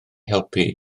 helpu